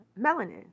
melanin